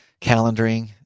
calendaring